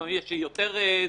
לפעמים יש יותר זכויות,